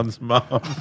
mom